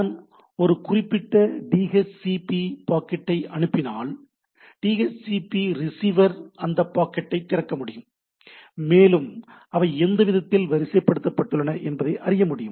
நான் ஒரு குறிப்பிட்ட டிஹெச்சிபி பாக்கெட்டை அனுப்பினால் டிஹெச்சிபி ரிசீவர் அந்த பாக்கெட்டைத் திறக்கமுடியும் மேலும் அவை எந்த விதத்தில் வரிசைப்படுத்தப்பட்டுள்ளன என்பதை அறியமுடியும்